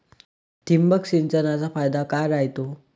ठिबक सिंचनचा फायदा काय राह्यतो?